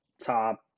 top